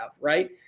Right